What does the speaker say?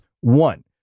One